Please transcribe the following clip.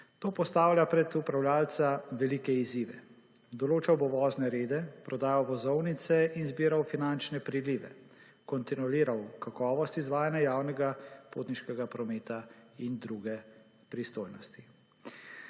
To postavlja pred upravljavca velike izzive. Določal bo vozne rede, prodajal vozovnice in zbiral finančne prilive, kontroliral kakovost izvajanja javnega potniškega prometa in druge pristojnosti.